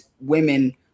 women